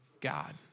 God